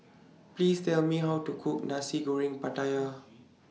Please Tell Me How to Cook Nasi Goreng Pattaya